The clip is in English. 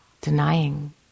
denying